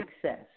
success